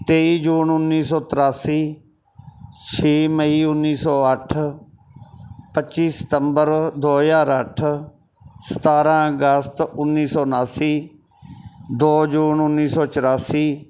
ਤੇਈ ਜੂਨ ਉੱਨੀ ਸੌ ਤਰਾਸੀ ਛੇ ਮਈ ਉੱਨੀ ਸੌ ਅੱਠ ਪੱਚੀ ਸਤੰਬਰ ਦੋ ਹਜ਼ਾਰ ਅੱਠ ਸਤਾਰਾਂ ਅਗਸਤ ਉੱਨੀ ਸੌ ਉਨਾਸੀ ਦੋ ਜੂਨ ਉੱਨੀ ਸੌ ਚੁਰਾਸੀ